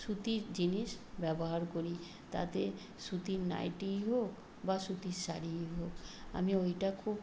সুতির জিনিস ব্যবহার করি তাতে সুতির নাইটিই হোক বা সুতির শাড়িই হোক আমি ওইটা খুব